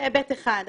זה היבט אחד.